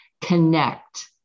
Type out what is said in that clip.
connect